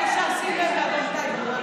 בבקשה שים לב לאדון טייב,